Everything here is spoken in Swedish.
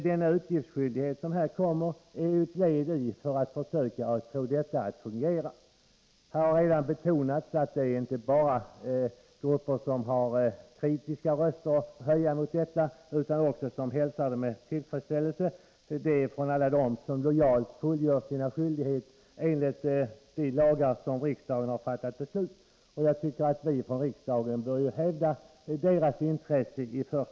Den uppgiftsskyldighet som föreslås är ett led i att få detta att fungera. Här har redan betonats att det inte bara finns grupper som vill höja kritiska röster utan också sådana som hälsar förslaget med tillfredsställelse, nämligen alla de som lojalt fullgör sina skyldigheter enligt de lagar riksdagen har fattat beslut om. Vi i riksdagen bör i första hand hävda deras intresse.